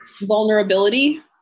vulnerability